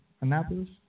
Annapolis